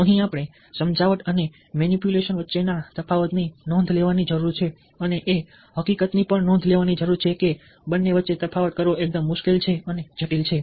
અહીં આપણે સમજાવટ અને મેનીપ્યુલેશન વચ્ચેના તફાવતની નોંધ લેવાની જરૂર છે અને એ હકીકતની પણ નોંધ લેવાની જરૂર છે કે બંને વચ્ચે તફાવત કરવો એકદમ મુશ્કેલ અને જટિલ છે